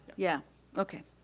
yeah, okay.